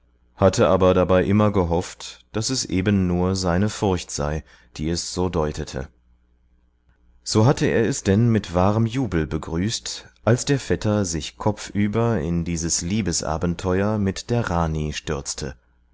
hatte aber dabei immer gehofft daß es eben nur seine furcht sei die es so deutete so hatte er es denn mit wahrem jubel begrüßt als der vetter sich kopfüber in dieses liebesabenteuer mit der rani stürzte